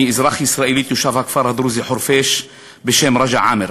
אני אזרח ישראלי תושב הכפר הדרוזי חורפיש בשם רג'א עאמר.